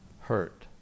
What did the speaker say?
hurt